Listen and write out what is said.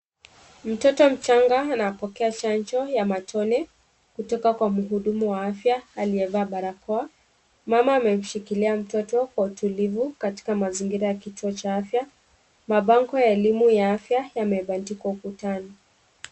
Mtoto mchanga anapokea chanjo ya matone, kutoka kwa mhudumu wa afya aliyevaa barakoa. Mama amemshikilia mtoto kwa utulivu, katika mazingira ya kituo cha afya. Mabango ya elimu ya afya, yamebandikwa ukutani.